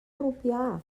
rupià